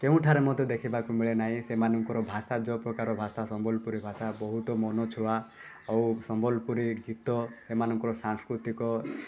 କେଉଁଠାରେ ମଧ୍ୟ ଦେଖିବାକୁ ମିଳେ ନାହିଁ ସେମାନଙ୍କର ଭାଷା ଯେଉଁ ପ୍ରକାର ଭାଷା ସମ୍ବଲପୁରୀ ଭାଷା ବହୁତ ମନଛୁଆ ଓ ସମ୍ବଲପୁରୀ ଗୀତ ସେମାନଙ୍କର ସାଂସ୍କୃତିକ